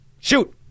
shoot